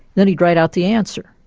then he'd write out the answer.